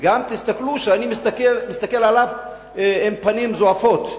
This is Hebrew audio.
וגם: תסתכלו שאני מסתכל עליו עם פנים זעופות.